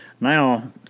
now